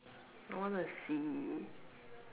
I wanna see